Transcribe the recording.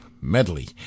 Medley